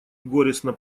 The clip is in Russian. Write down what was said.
горестно